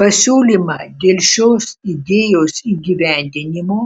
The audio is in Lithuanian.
pasiūlymą dėl šios idėjos įgyvendinimo